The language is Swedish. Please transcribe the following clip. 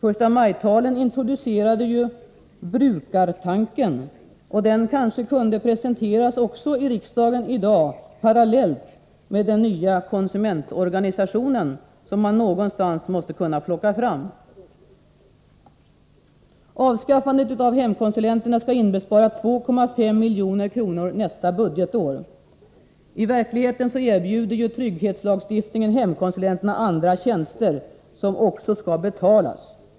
Förstamajtalen introducerade ju ”brukartanken”, och den kanske kunde presenteras också i riksdagen i dag parallellt med den nya konsumentorganisationen som man någonstans måste kunna plocka fram. Avskaffandet av hemkonsulenterna skall inbespara 2,5 milj.kr. nästa budgetår. I verkligheten erbjuder trygghetslagstiftningen hemkonsulenterna andra tjänster, som också skall betalas.